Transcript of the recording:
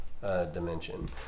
Dimension